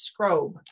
Scrobe